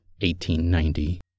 1890